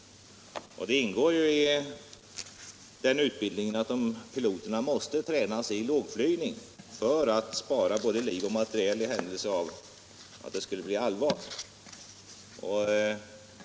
Det ingår då i utbildningen att piloterna tränas i lågflygning för att spara både liv och materiel i händelse av att det skulle bli allvar.